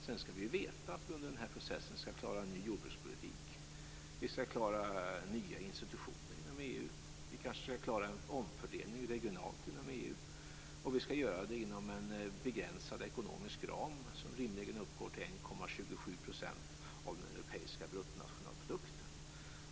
Sedan skall vi veta att vi under den processen skall klara en ny jordbrukspolitik. Vi skall klara nya institutioner inom EU. Vi kanske skall klara en omfördelning regionalt inom EU, och vi skall göra det inom en begränsad ekonomisk ram, som rimligen uppgår till 1,27 % av den europeiska bruttonationalprodukten.